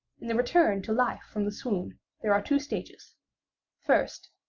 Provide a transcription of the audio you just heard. in the return to life from the swoon there are two stages first,